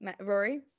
Rory